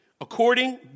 According